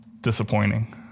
disappointing